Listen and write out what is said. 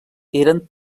eren